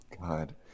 God